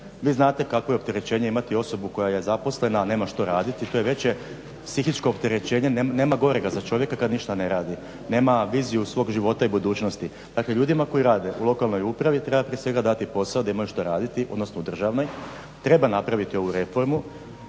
vi znate kakvo je opterećenje imati osobu koja je zaposlena a nema što raditi, to je veće psihičko opterećenje, nema gorega za čovjeka kad ništa ne radi, nema viziju svog života i budućnosti. Dakle, ljudima koji rade u lokalnoj upravi treba prije svega dati posao da imaju šta raditi, odnosno u državnoj treba napraviti ovu reformu.